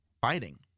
fighting